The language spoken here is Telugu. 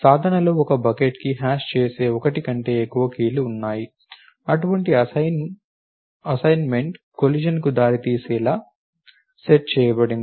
సాధనలో ఒకే బకెట్కి హ్యాష్ చేసే 1 కంటే ఎక్కువ కీలు ఉన్నాయి అటువంటి అసైన్మెంట్ కొలిషన్కు దారితీసేలా సెట్ చేయబడింది